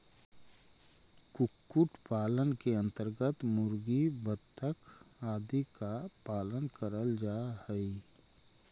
कुक्कुट पालन के अन्तर्गत मुर्गी, बतख आदि का पालन करल जा हई